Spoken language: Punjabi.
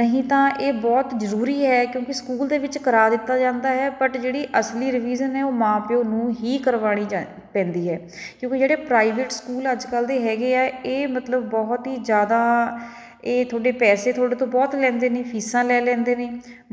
ਨਹੀਂ ਤਾਂ ਇਹ ਬਹੁਤ ਜ਼ਰੂਰੀ ਹੈ ਕਿਉਂਕਿ ਸਕੂਲ ਦੇ ਵਿੱਚ ਕਰਾ ਦਿੱਤਾ ਜਾਂਦਾ ਹੈ ਬਟ ਜਿਹੜੀ ਅਸਲੀ ਰਿਵੀਜ਼ਨ ਹੈ ਉਹ ਮਾਂ ਪਿਓ ਨੂੰ ਹੀ ਕਰਵਾਉਣੀ ਜ ਪੈਂਦੀ ਹੈ ਕਿਉਂਕਿ ਜਿਹੜੇ ਪ੍ਰਾਈਵੇਟ ਸਕੂਲ ਅੱਜ ਕੱਲ੍ਹ ਦੇ ਹੈਗੇ ਹੈ ਇਹ ਮਤਲਬ ਬਹੁਤ ਹੀ ਜ਼ਿਆਦਾ ਇਹ ਤੁਹਾਡੇ ਪੈਸੇ ਤੁਹਾਡੇ ਤੋਂ ਬਹੁਤ ਲੈਂਦੇ ਨੇ ਫੀਸਾਂ ਲੈ ਲੈਂਦੇ ਨੇ